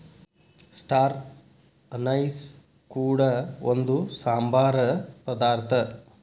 star anise ಕೂಡ ಒಂದು ಸಾಂಬಾರ ಪದಾರ್ಥ